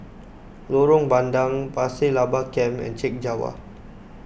Lorong Bandang Pasir Laba Camp and Chek Jawa